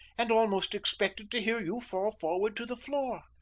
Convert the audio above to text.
and almost expected to hear you fall forward to the floor.